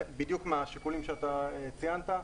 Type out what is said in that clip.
בדיוק מהשיקולים שאתה ציינת.